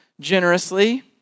generously